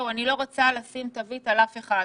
אני לא רוצה לשים תווית על אף אחד.